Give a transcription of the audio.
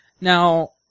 Now